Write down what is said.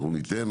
אנחנו ניתן,